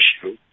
issue